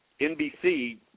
NBC